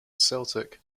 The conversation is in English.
celtic